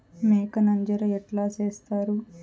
మేక నంజర ఎట్లా సేస్తారు?